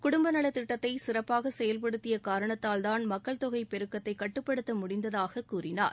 குடும்ப நல திட்டத்தை சிறப்பாக செயல்படுத்திய காரணத்தால் தான் மக்கள் தொகை பெருக்கத்தை கட்டுப்படுத்த முடிந்ததாக கூறினார்